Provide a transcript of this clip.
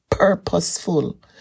purposeful